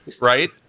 Right